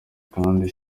kandi